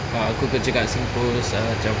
ah aku kerja kat SingPost ah cam